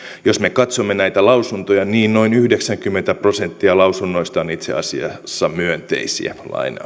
jos me katsomme näitä lausuntoja niin noin yhdeksänkymmentä prosenttia lausunnoista on itse asiassa myönteisiä